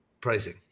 pricing